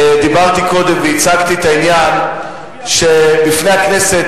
דיברתי קודם והצגתי את העניין שבפני הכנסת,